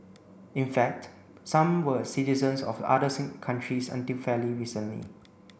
in fact some were citizens of other countries until fairly recently